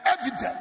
evidence